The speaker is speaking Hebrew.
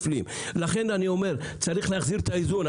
לכן אני אומר, צריך להחזיר את האיזון.